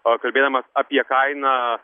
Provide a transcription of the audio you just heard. a kalbėdamas apie kainą